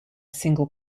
single